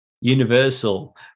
universal